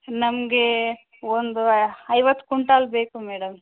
ನಮಗೆ ಒಂದು ಐವತ್ತು ಕುಂಟಾಲ್ ಬೇಕು ಮೇಡಮ್